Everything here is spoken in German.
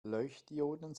leuchtdioden